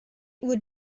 would